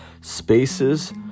spaces